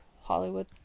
Hollywood